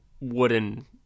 wooden